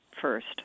first